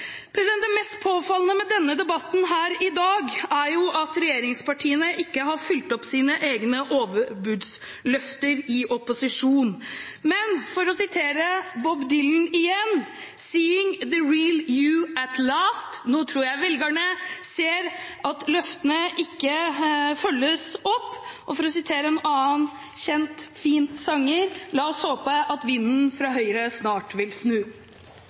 Det mest påfallende med denne debatten her i dag er at regjeringspartiene ikke har fulgt opp sine egne overbudsløfter i opposisjon. Men for å sitere Bob Dylan igjen, «Seeing the real you at last». Nå tror jeg velgerne ser at løftene ikke følges opp, og som en annen kjent fin sanger sier, la oss håpe at «vinden ifra høyre snart vil snu».